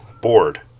Board